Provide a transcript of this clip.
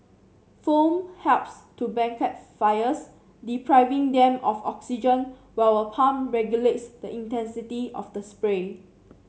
foam helps to blanket fires depriving them of oxygen while a pump regulates the intensity of the spray